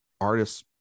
artists